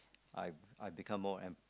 I I've become more em